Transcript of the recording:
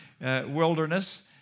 wilderness